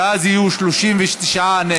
ואז יהיו 39 נגד.